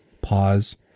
pause